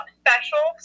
special